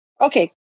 Okay